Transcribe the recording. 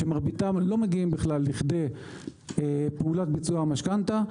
שמרביתם לא מגיעים בכלל לכדי פעולת ביצוע המשכנתא,